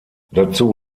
dazu